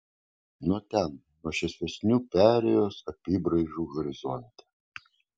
nuo ten nuo šviesesnių perėjos apybraižų horizonte